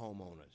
homeowners